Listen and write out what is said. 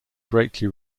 greatly